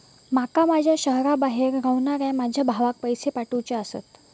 माका माझ्या शहराबाहेर रव्हनाऱ्या माझ्या भावाक पैसे पाठवुचे आसा